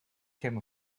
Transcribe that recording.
came